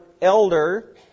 elder